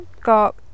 got